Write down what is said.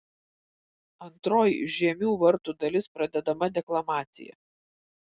antroji žiemių vartų dalis pradedama deklamacija